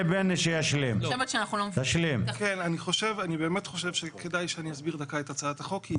אני באמת חושב שכדאי שאני אסביר דקה את הצעת החוק.